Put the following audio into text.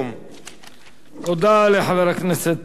תודה לחבר הכנסת שי חרמש.